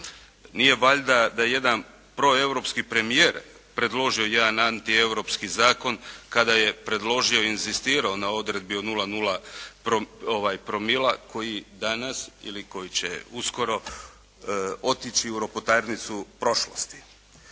Nije valjda da jedan proeuropski premijer predložio jedan antieuropski zakon kada je predložio i inzistirao na odredbi od 0,0 promila koji danas ili koji će uskoro otići u ropotarnicu prošlosti.